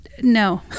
No